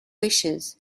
wishes